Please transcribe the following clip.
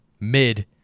mid